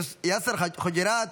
יאסר חוג'יראת,